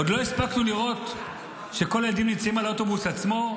ועוד לא הספיק לראות שכל הילדים נמצאים על האוטובוס עצמו,